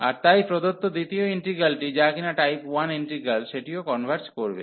আর তাই প্রদত্ত দ্বিতীয় ইন্টিগ্রালটি যা কিনা টাইপ 1 ইন্টিগ্রাল সেটিও কনভার্জ করবে